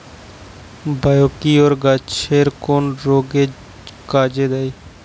Biocure গাছের কোন রোগে কাজেদেয়?